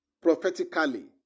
prophetically